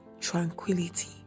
tranquility